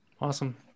Awesome